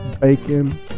bacon